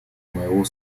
моего